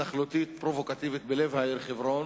התנחלותית פרובוקטיבית בלב העיר חברון,